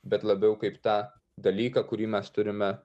bet labiau kaip tą dalyką kurį mes turime